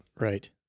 Right